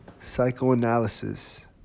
psychoanalysis